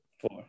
Four